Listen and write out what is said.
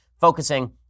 focusing